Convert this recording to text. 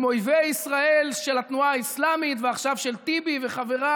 עם אויבי ישראל של התנועה האסלאמית ועכשיו של טיבי וחבריו.